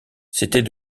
s’était